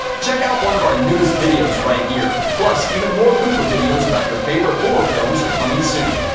check out one of our newest videos right here! plus, even more looper videos about your favorite horror films are coming soon.